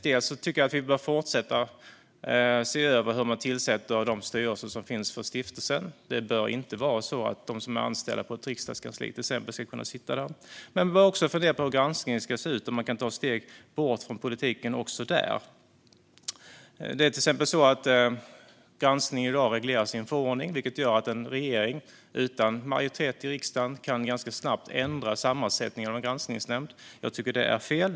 Dels tycker jag att vi bör fortsätta att se över hur man tillsätter de styrelser som finns för stiftelsen. Det bör inte vara så att till exempel de som är anställda på ett riksdagskansli ska kunna sitta där. Man bör också fundera på hur granskningen ska se ut och om man kan ta steg bort från politiken också där. Granskning i dag regleras i en förordning, vilket gör att en regering utan majoritet i riksdagen ganska snabbt kan ändra sammansättningen i en granskningsnämnd. Jag tycker att det är fel.